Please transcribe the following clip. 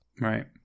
Right